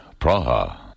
Praha